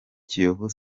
kiyovu